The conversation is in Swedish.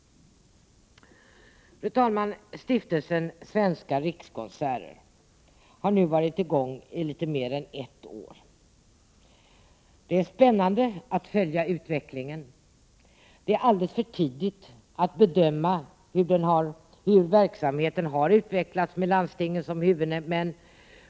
Fru talman! Stiftelsen Svenska rikskonserter har nu varit i gång i litet mer än ett år. Det är spännande att följa utvecklingen. För närvarande är det alldeles för tidigt att bedöma hur verksamheten har utvecklats med landstingen som huvudmän.